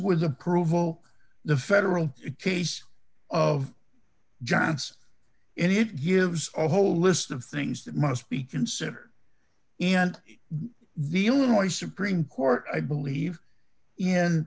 with approval the federal case of johns it gives a whole list of things that must be considered and the illinois supreme court i believe in